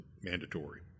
mandatory